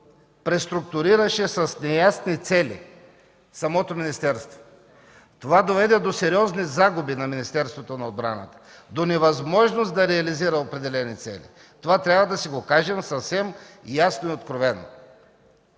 преструктурираше самото министерство с неясни цели. Това доведе до сериозни загуби на Министерството на отбраната, до невъзможност да реализира определени цели – трябва да си го кажем съвсем ясно и откровено.